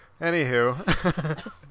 Anywho